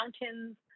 mountains